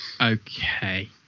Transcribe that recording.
okay